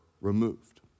removed